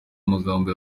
amagambo